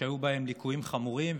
שהיו בהם ליקויים חמורים.